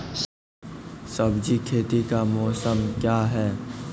सब्जी खेती का मौसम क्या हैं?